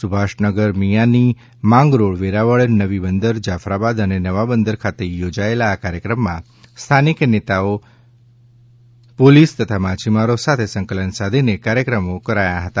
સુભાષનગર મિયાની માંગરોળ વેરાવળ નવી બંદર જાફરાબાદ અને નવા બંદર ખાતે યોજાયેલા આ કાર્યક્રમમાં સ્થાનિક નેતાઓ પોલીસા તથા માછીમારો સાથે સંકલન સાધીને કાર્યક્રમો કરાયા હતા